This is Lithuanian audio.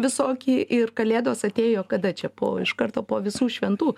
visoki ir kalėdos atėjo kada čia po iš karto po visų šventų